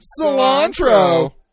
Cilantro